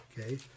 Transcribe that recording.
okay